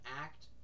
act